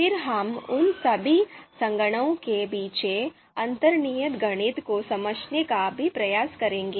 फिर हम उन सभी संगणनाओं के पीछे अंतर्निहित गणित को समझने का भी प्रयास करेंगे